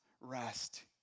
rest